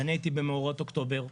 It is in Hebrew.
אני הייתי במאורעות אוקטובר,